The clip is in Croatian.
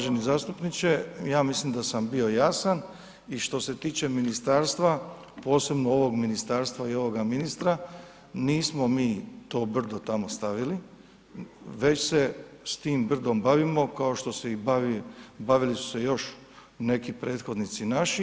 Uvaženi zastupniče, ja mislim da sam bio jasan i što se tiče ministarstva, posebno ovog ministarstva i ovog ministra, nismo mi to brdo tamo stavili već se s tim brdom bavimo kao što se i bavi, bavili su se još neki prethodnici naši.